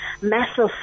massive